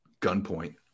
gunpoint